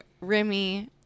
Remy